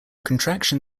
contraction